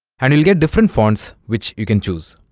and you'll get different fonts which you can choose